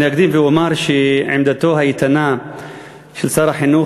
אני אקדים ואומר שעמדתו האיתנה של שר החינוך